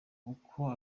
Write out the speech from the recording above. uko